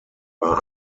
war